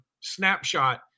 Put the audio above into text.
snapshot